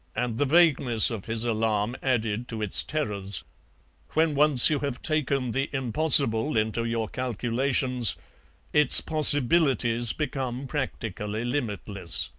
and the vagueness of his alarm added to its terrors when once you have taken the impossible into your calculations its possibilities become practically limitless.